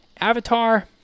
Avatar